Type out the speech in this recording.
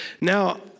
Now